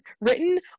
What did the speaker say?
written